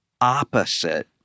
opposite